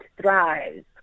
thrives